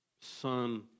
son